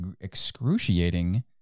excruciating